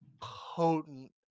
potent